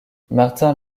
martin